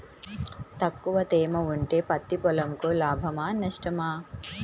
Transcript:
తక్కువ తేమ ఉంటే పత్తి పొలంకు లాభమా? నష్టమా?